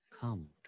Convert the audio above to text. Come